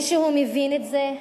מישהו מבין את זה?